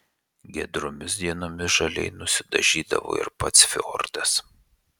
giedromis dienomis žaliai nusidažydavo ir pats fjordas